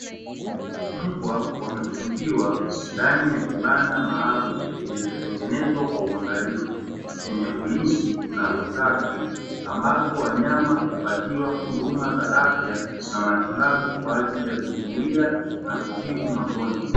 Mbwa wamefungiwa ndani kibanda maalumu kilichotengenezwa kwa uangalifu chenye ulinzi na usafi, ambako wanyama hupatiwa huduma za afya na matibabu kwa ajili ya kuzuia na kutibu magonjwa.